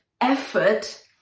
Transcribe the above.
effort